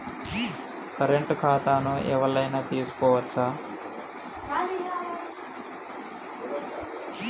Current ఖాతాను ఎవలైనా తీసుకోవచ్చా?